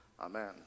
Amen